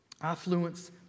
Affluence